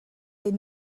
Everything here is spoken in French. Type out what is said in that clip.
les